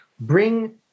Bring